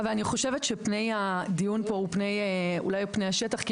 אני חושבת שפני הדיון פה אולי הוא פני השטח,